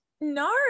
No